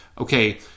Okay